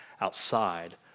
outside